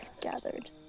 gathered